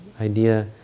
idea